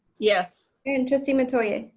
yes. and trustee metoyer.